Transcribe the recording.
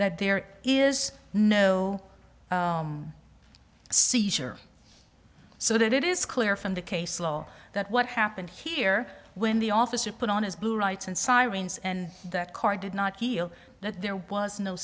that there is no seizure so that it is clear from the case law that what happened here when the officer put on his blue rights and sirens and that car did not feel that there was no